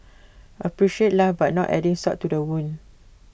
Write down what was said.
appreciate life but not adding salt to the wound